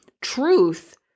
truth